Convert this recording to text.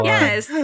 Yes